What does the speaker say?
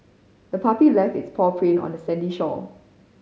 the puppy left its paw print on the sandy shore